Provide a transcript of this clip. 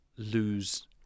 lose